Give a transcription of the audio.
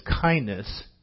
kindness